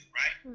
right